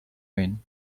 rain